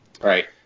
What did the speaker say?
right